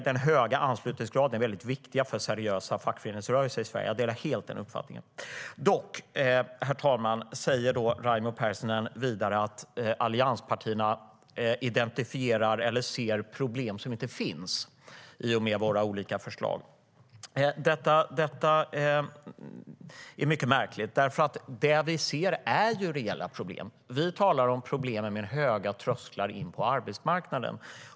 Den höga anslutningsgraden är alltså viktig för att vi ska ha seriösa fackföreningsrörelser i Sverige. Jag delar helt den uppfattningen. Raimo Pärssinen säger dock vidare att allianspartierna identifierar eller ser problem som inte finns, i och med våra olika förslag. Det är mycket märkligt. Det som vi ser är nämligen reella problem. Vi talar om problemen med höga trösklar in på arbetsmarknaden.